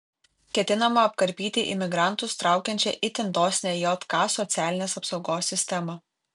ketinama apkarpyti imigrantus traukiančią itin dosnią jk socialinės apsaugos sistemą